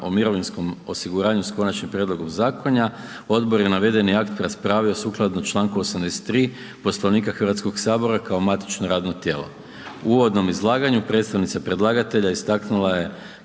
o mirovinskom osiguranju, s Konačnim prijedlogom Zakona odbor je navedeni akt raspravio sukladno članku 83. Poslovnika Hrvatskog sabora kao matično radno tijelo. U uvodnom izlaganju predstavnica predlagatelja istaknula je